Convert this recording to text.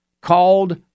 called